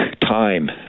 time